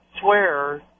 swear